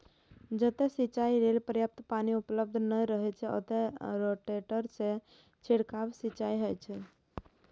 जतय सिंचाइ लेल पर्याप्त पानि उपलब्ध नै रहै छै, ओतय रोटेटर सं छिड़काव सिंचाइ होइ छै